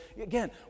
again